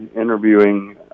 interviewing